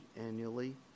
annually